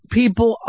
people